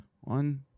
one